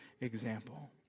example